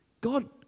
God